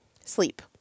Sleep